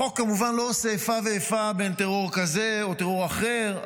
החוק כמובן לא עושה איפה ואיפה בין טרור כזה לטרור אחר,